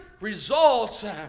results